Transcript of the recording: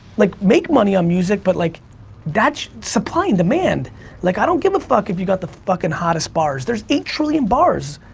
like make money on music but like that supply and demand like i don't give a fuck if you got the fucking hottest bars there's eight trillion bars.